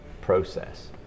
process